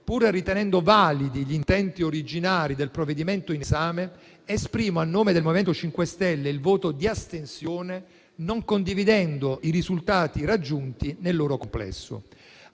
pur ritenendo validi gli intenti originari del provvedimento in esame, esprimo, a nome del MoVimento 5 Stelle, il voto di astensione, non condividendo i risultati raggiunti nel loro complesso.